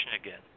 again